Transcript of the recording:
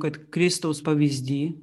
kad kristaus pavyzdy